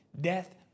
Death